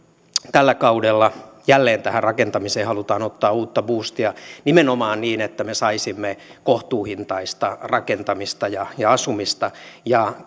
tällä kaudella jälleen tähän rakentamiseen halutaan ottaa uutta buustia nimenomaan että me saisimme kohtuuhintaista rakentamista ja ja asumista ja